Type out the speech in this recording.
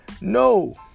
No